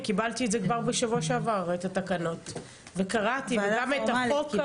אני קיבלתי את התקנות כבר בשבוע שעבר וכמובן שקראתי אותן וגם את החוק.